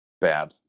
bad